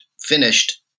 finished